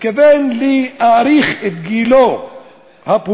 מתכוון להאריך את גילו הפוליטי